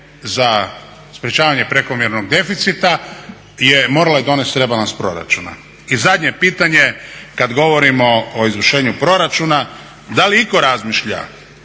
za sprječavanje prekomjernog deficita je morala donesti i rebalans proračuna. I zadnje pitanje kad govorimo o izvršenju proračuna, da li itko razmišlja